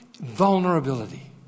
vulnerability